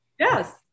Yes